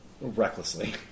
recklessly